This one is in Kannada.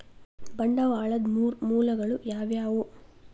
ಬಂಡವಾಳದ್ ಮೂರ್ ಮೂಲಗಳು ಯಾವವ್ಯಾವು?